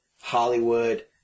Hollywood